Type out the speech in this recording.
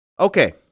Okay